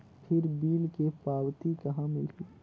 फिर बिल के पावती कहा मिलही?